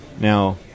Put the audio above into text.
now